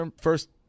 first